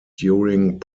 during